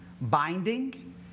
binding